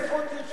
ומה עוד אמר ברק?